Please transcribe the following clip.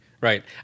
Right